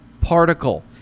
particle